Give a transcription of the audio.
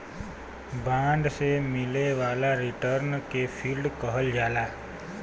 bond से मिले वाला रिटर्न के यील्ड कहल जाला